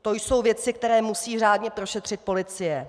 To jsou věci, které musí řádně prošetřit policie.